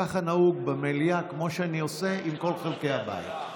ככה נהוג במליאה, כמו שאני עושה עם כל חלקי הבית.